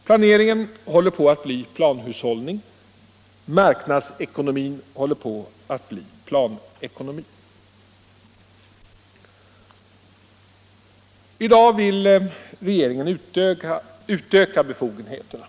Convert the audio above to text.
Planeringen håller på att bli planhushållning. Marknadsekonomin håller på att bli planekonomi. I dag vill regeringen utöka befogenheterna.